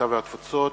הקליטה והתפוצות,